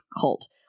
Cult